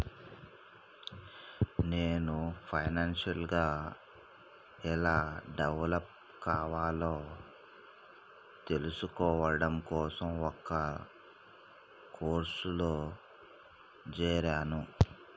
నేను ఫైనాన్షియల్ గా ఎలా డెవలప్ కావాలో తెల్సుకోడం కోసం ఒక కోర్సులో జేరాను